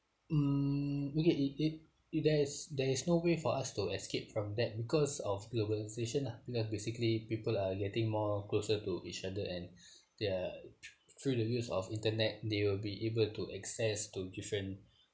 mm okay it it it has there is no way for us to escape from that because of globalisation lah ya basically people are getting more closer to each other and their through the use of internet they will be able to access to different